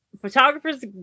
photographers